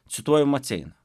cituoju maceiną